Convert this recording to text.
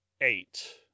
eight